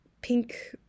pink